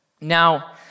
Now